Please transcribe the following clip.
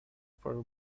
for